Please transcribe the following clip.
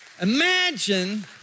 Imagine